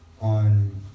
on